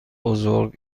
بزرگ